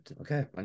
Okay